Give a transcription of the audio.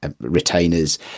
retainers